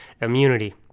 immunity